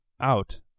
out